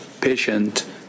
patient